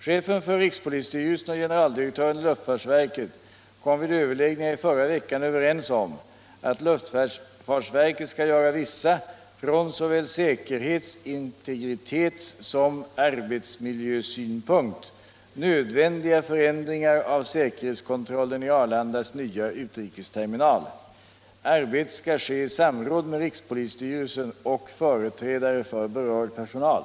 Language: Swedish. Chefen för rikspolisstyrelsen och generaldirektören i luftfartsverket kom vid överläggningar i förra veckan överens om att luftfartsverket skall göra vissa, från såväl säkerhets-, integritetssom arbetsmiljösynpunkt, nödvändiga förändringar av säkerhetskontrollen i Arlandas nya utrikesterminal. Arbetet skall ske i samråd med rikspolisstyrelsen och företrädare för berörd personal.